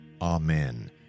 Amen